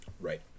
Right